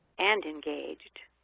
and engaged,